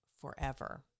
forever